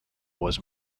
was